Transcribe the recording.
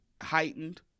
heightened